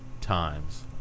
times